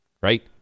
right